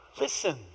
listen